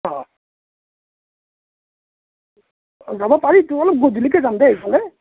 অ অ যাব পাৰিতো অলপ গধূলীকৈ যাম দেই গ'লে